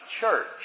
church